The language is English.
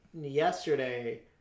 yesterday